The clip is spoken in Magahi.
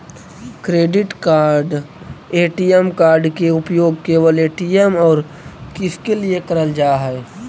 क्रेडिट कार्ड ए.टी.एम कार्ड के उपयोग केवल ए.टी.एम और किसके के लिए करल जा है?